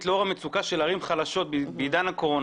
לאור המצוקה של ערים חלשות בעיד הקורונה,